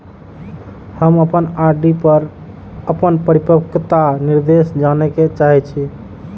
हम अपन आर.डी पर अपन परिपक्वता निर्देश जाने के चाहि छी